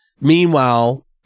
Meanwhile